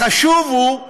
החשוב הוא,